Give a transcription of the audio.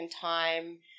time